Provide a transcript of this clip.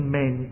men